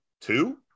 two